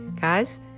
Guys